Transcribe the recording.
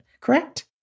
Correct